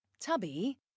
Tubby